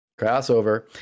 crossover